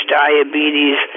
diabetes